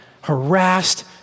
harassed